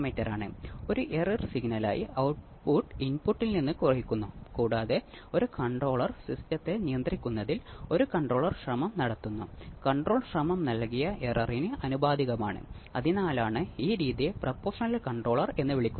മറ്റൊരു പോയിന്റ് ഓപ്ആമ്പിൽ എന്റെ ഔട്ട്പുട്ട് അവതരിപ്പിച്ച ഫേസ് എന്തായാലും ഇവിടെ എനിക്ക് നൂറ്റി എൺപത് ഡിഗ്രി ഫേസ് ഷിഫ്റ്റ് ഉണ്ടാകും കാരണം ഇത് ഒരു നോൺ ഇൻവെർട്ടിങ് ആംപ്ലിഫൈർ ആണ്